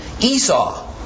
Esau